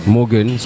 Morgan